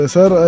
Sir